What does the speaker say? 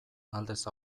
aldez